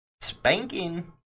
Spanking